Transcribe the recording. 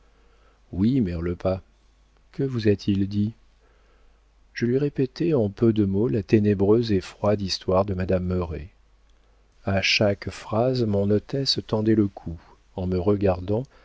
bretèche oui mère lepas que vous a-t-il dit je lui répétai en peu de mots la ténébreuse et froide histoire de madame merret a chaque phrase mon hôtesse tendait le cou en me regardant